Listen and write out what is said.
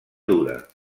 dura